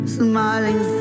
smiling